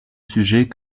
sujet